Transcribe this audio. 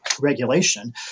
regulation